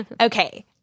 Okay